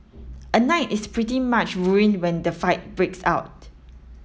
a night is pretty much ruined when the fight breaks out